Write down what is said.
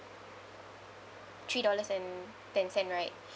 three dollars and ten cent right